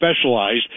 specialized